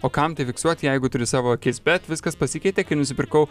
o kam tai fiksuot jeigu turi savo akis bet viskas pasikeitė kai nusipirkau